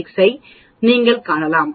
96 ஐ நீங்கள் காணலாம்